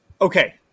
Okay